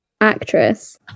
actress